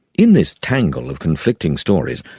in this tangle of conflicting stories,